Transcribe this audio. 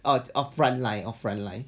oh front line oh front line